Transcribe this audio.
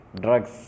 drugs